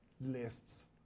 lists